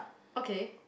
okay